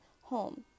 home